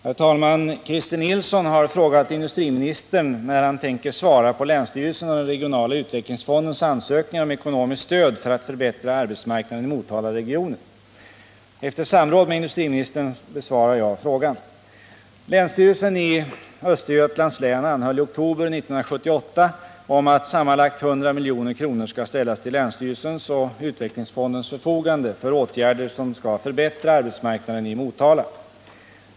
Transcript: Herr talman! Christer Nilsson har frågat industriministern när han tänker svara på länsstyrelsens och den regionala utvecklingsfondens ansökningar om ekonomiskt stöd för att förbättra arbetsmarknaden i Motalaregionen. Efter samråd med industriministern besvarar jag frågan. Länsstyrelsen i Östergötlands län anhöll i oktober 1978 om att sammanlagt 100 milj.kr. skall ställas till länsstyrelsens och utvecklingsfondens förfogande för åtgärder som skall förbättra arbetsmarknaden i Motala.